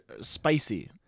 spicy